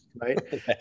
right